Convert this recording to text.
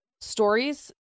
stories